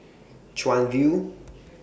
Chuan View